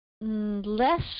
less